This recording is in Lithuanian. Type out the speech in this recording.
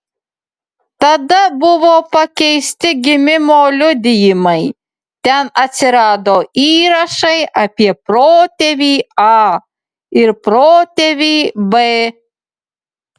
tada buvo pakeisti gimimo liudijimai ten atsirado įrašai apie protėvį a ir protėvį b